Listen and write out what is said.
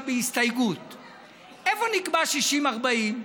איפה נקבע 40% 60%?